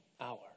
hour